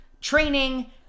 training